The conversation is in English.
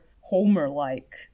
Homer-like